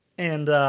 and